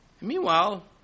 Meanwhile